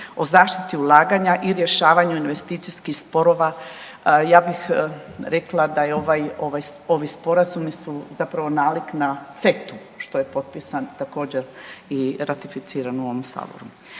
o zaštiti ulaganja i rješavanju investicijskih sporova. Ja bih rekla da ovi sporazumi su zapravo nalik na CET-u, što je potpisan također i ratificiran u ovom saboru.